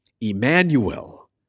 Emmanuel